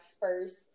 first